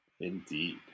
Indeed